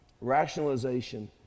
Rationalization